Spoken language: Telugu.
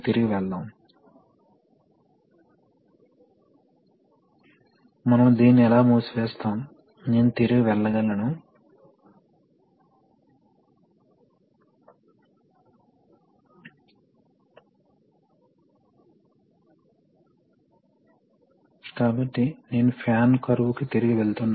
రెగ్యులేటర్ వాస్తవానికి 120 పిఎస్ఐ వద్ద పనిచేసేలా రూపొందించబడిందని అనుకుందాం అప్పుడు ఒక హిస్టెరిసిస్ ఉంది